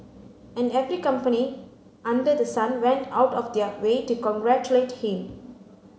and every company under the sun went out of their way to congratulate him